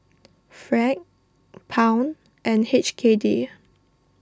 franc pound and H K D